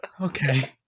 Okay